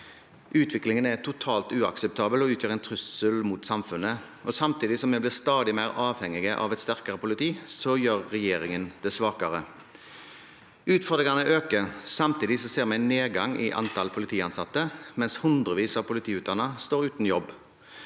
Utviklingen er totalt uakseptabel og utgjør en trussel mot samfunnet. Samtidig som vi blir stadig mer avhengig av et sterkere politi, gjør regjeringen politiet svakere. Utfordringene øker. Samtidig ser vi en nedgang i antall politiansatte, mens hundrevis av politiutdannede står uten jobb.